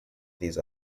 these